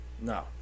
No